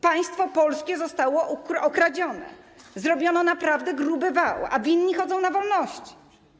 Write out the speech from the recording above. Państwo polskie zostało okradzione, zrobiono naprawdę gruby wał, a winni chodzą na wolności.